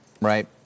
Right